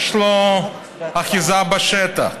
יש לו אחיזה בשטח,